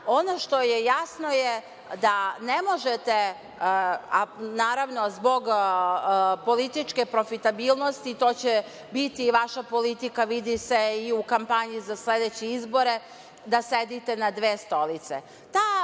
ono što je jasno jeste da ne možete, naravno zbog političke profitabilnosti, to će biti i vaša politika vidi se i u kampanji za sledeće izbore, da sedite na dve stolice.